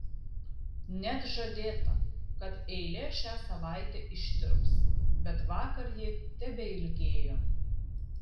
net žadėta kad eilė šią savaitę ištirps bet vakar ji tebeilgėjo